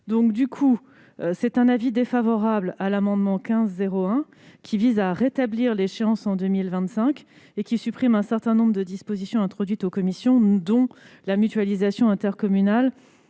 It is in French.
Le Gouvernement est défavorable à l'amendement n° 1501, qui vise à rétablir l'échéance de 2025 et à supprimer un certain nombre de dispositions introduites en commission, dont la mutualisation intercommunale.